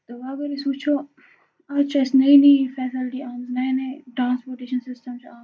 تہٕ وۄنۍ اَگر أسۍ وٕچھو آز چھِ اَسہِ نٔے نٔے فٮ۪سَلٹی آمژٕ نَیے نَیے ٹرٛانٕسپوٹیشَن سِسٹَم چھِ آمٕتۍ